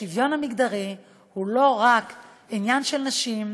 השוויון המגדרי הוא לא רק עניין של נשים,